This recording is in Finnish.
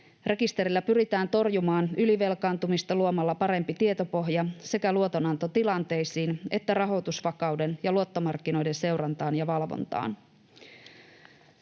Rekisterillä pyritään torjumaan ylivelkaantumista luomalla parempi tietopohja sekä luotonantotilanteisiin että rahoitusvakauden ja luottomarkkinoiden seurantaan ja valvontaan.